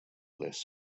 less